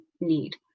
need